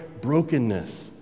brokenness